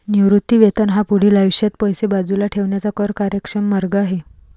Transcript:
निवृत्ती वेतन हा पुढील आयुष्यात पैसे बाजूला ठेवण्याचा कर कार्यक्षम मार्ग आहे